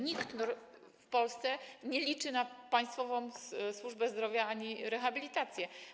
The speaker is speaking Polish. Nikt w Polsce nie liczy na państwową służbę zdrowia ani rehabilitację.